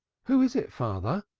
who is it, father?